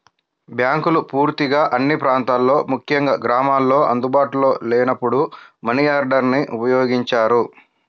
బ్యాంకులు పూర్తిగా అన్ని ప్రాంతాల్లో ముఖ్యంగా గ్రామాల్లో అందుబాటులో లేనప్పుడు మనియార్డర్ని ఉపయోగించారు